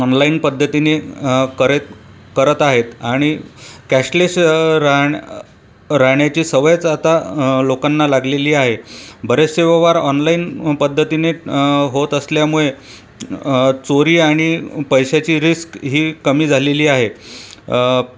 online पद्धतीने करत करत आहेत आणि कॅशलेस राहण्या राहण्याची सवयच आता लोकांना लागलेली आहे बरेचसे व्यवहार ऑनलाईन पद्धतीने होत असल्यामुळे चोरी आणि पैशाची रिस्क ही कमी झालेली आहे